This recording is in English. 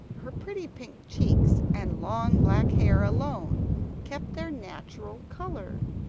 her pretty pink cheeks and long black hair alone kept their natural colour,